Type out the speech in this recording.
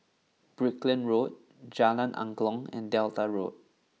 Brickland Road Jalan Angklong and Delta Road